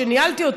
שניהלתי,